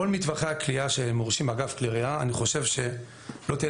כל מטווחי הקליעה שמורשים באגף כלי ירייה - אני חושב שלא תהיה